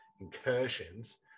incursions